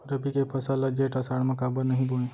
रबि के फसल ल जेठ आषाढ़ म काबर नही बोए?